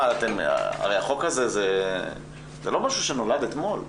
הרי החוק הזה הוא לא משהו שנולד אתמול.